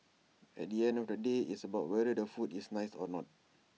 at the end of the day it's about whether the food is nice or not